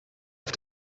auf